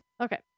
okay